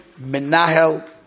menahel